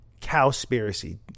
cowspiracy